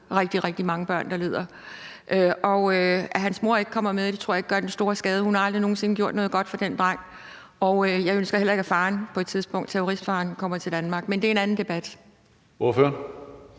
rigtig, rigtig mange børn, der lider, og det, at hans mor ikke kommer med, tror jeg ikke gør den store skade, for hun har aldrig nogen sinde gjort noget godt for den dreng, og jeg ønsker heller ikke, at hans far – hans terroristfar – kommer til Danmark, men det er en anden debat. Kl.